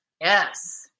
Yes